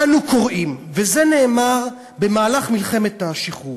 אנו קוראים" וזה נאמר במהלך מלחמת השחרור,